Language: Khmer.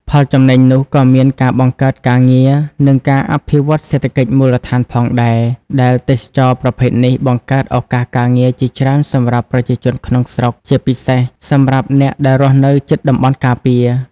ផលចំណេញនោះក៏មានការបង្កើតការងារ និងការអភិវឌ្ឍសេដ្ឋកិច្ចមូលដ្ឋានផងដែរ ដែលទេសចរណ៍ប្រភេទនេះបង្កើតឱកាសការងារជាច្រើនសម្រាប់ប្រជាជនក្នុងស្រុក ជាពិសេសសម្រាប់អ្នកដែលរស់នៅជិតតំបន់ការពារ។